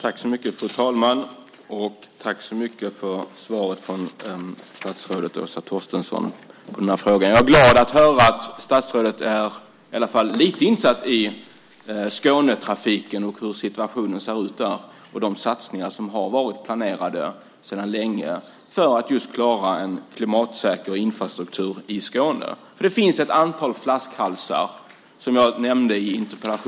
Fru talman! Tack så mycket för svaret på interpellationen, statsrådet Åsa Torstensson! Jag är glad att höra att statsrådet i alla fall är lite insatt i Skånetrafiken, hur situationen ser ut där och de satsningar som har varit planerade sedan länge för att klara en klimatsäker infrastruktur i Skåne. Det finns ett antal flaskhalsar, som jag nämnde i interpellationen.